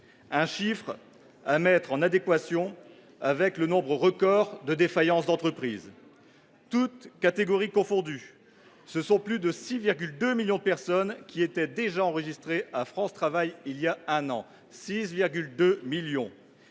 Ce chiffre est à mettre en regard du nombre record de défaillances d’entreprises. Toutes catégories confondues, ce sont plus de 6,2 millions de personnes qui étaient déjà enregistrées à France Travail il y a un an ! Derrière